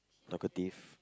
talkative